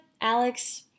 Alex